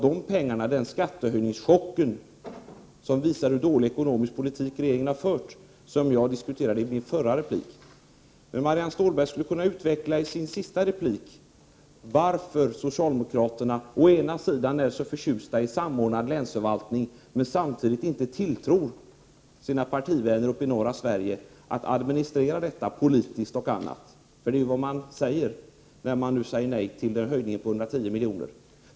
Det var den skattehöjningschock som visade hur dålig ekonomisk politik regeringen fört som jag diskuterade i min förra replik. Marianne Stålberg skulle i sin sista replik kunna utveckla varför socialdemokraterna å ena sidan är så förtjusta i samordnad länsförvaltning samtidigt som de inte tilltror sina partivänner i norra Sverige att administrera detta politiskt och i andra avseenden. Det är nämligen det de säger när de säger nej till höjningen om 110 miljoner.